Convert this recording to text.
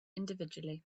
individually